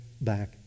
back